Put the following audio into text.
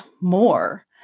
more